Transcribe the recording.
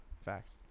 Facts